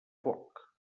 foc